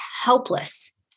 helpless